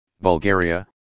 Bulgaria